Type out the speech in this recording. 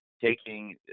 taking